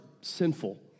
sinful